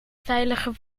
veilige